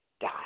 die